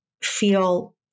feel